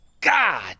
God